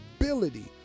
ability